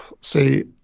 see